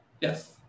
Yes